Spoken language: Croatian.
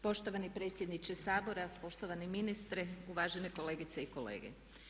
Poštovani predsjedniče Sabora, poštovani ministre, uvažene kolegice i kolege.